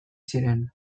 ziren